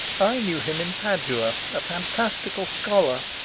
i knew him in padua a fantastical scholar,